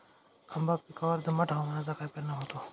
आंबा पिकावर दमट हवामानाचा काय परिणाम होतो?